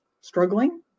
struggling